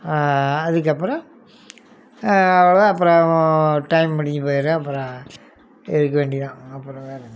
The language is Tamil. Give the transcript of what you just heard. அதுக்கப்பபுறம் அவ்வளோதான் அப்புறம் டைம் முடிஞ்சு போயிரும் அப்புறம் இதுக்கு வேண்டி தான் அப்புறம் வேறு என்ன